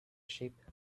sheep